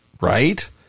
right